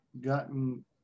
gotten